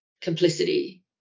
complicity